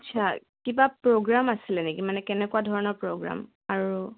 আচ্ছা কিবা প্ৰগ্ৰাম আছিলে নেকি মানে কেনেকুৱা ধৰণৰ প্ৰগ্ৰাম আৰু